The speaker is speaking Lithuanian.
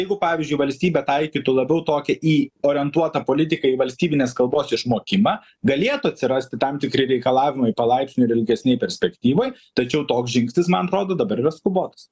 jeigu pavyzdžiui valstybė taikytų labiau tokį į orientuotą politiką į valstybinės kalbos išmokimą galėtų atsirasti tam tikri reikalavimai palaipsniui ir ilgesnėj perspektyvoj tačiau toks žingsnis man atrodo dabar yra skubotas